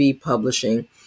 Publishing